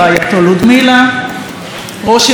ראש עיריית ירושלים ניר ברקת,